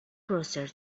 browser